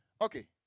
Okay